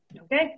Okay